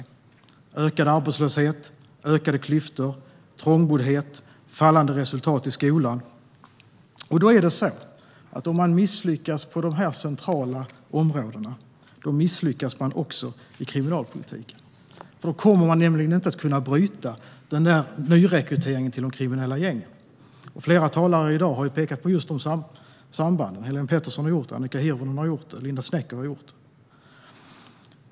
Det var ökad arbetslöshet, ökade klyftor, trångboddhet och fallande resultat i skolan. Om man misslyckas på de centrala områdena misslyckas man också i kriminalpolitiken. Då kommer man nämligen inte att kunna bryta nyrekryteringen till de kriminella gängen. Flera talare i dag har pekat på de sambanden. Helene Petersson i Stockaryd, Annika Hirvonen Falk och Linda Snecker har gjort det.